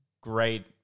great